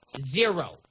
Zero